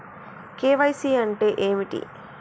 KYC అంటే ఏమిటి?